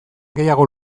gehiago